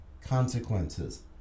consequences